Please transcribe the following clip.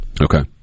Okay